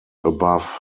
above